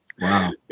Wow